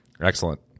Excellent